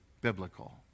biblical